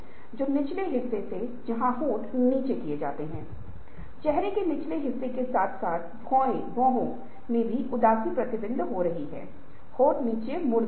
यदि यह एक वांछनीय स्थिति है तो कंपनी अधिक लाभ कमाने जा रही है अगर कंपनी उद्योगों के एक ही सेट में अपने प्रतिद्वंद्वियों की तुलना में प्रौद्योगिकी में बेहतर है